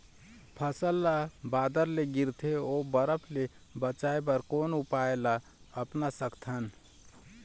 फसल ला बादर ले गिरथे ओ बरफ ले बचाए बर कोन उपाय ला अपना सकथन?